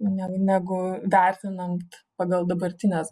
ne negu vertinant pagal dabartines